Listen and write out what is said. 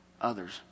others